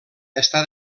està